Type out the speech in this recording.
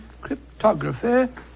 cryptography